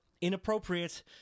inappropriate